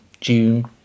June